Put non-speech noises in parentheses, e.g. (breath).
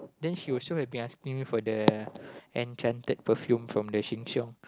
then she also has been asking for the (breath) enchanted perfume from the Sheng-Siong